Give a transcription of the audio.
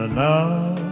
now